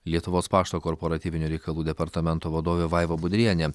lietuvos pašto korporatyvinio reikalų departamento vadovė vaiva budrienė